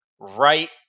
right